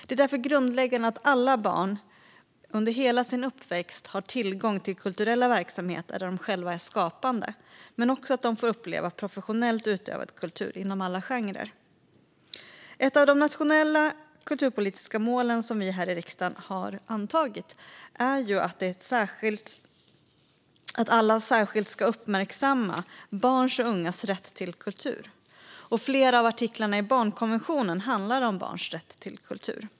Det är därför grundläggande att alla barn under hela sin uppväxt har tillgång till kulturella verksamheter där de själva är skapande men också att de får uppleva professionellt utövad kultur inom alla genrer. Ett av de nationella kulturpolitiska mål som vi i riksdagen har antagit är att alla särskilt ska uppmärksamma barns och ungas rätt till kultur. Och flera av artiklarna i barnkonventionen handlar om barns rätt till kultur.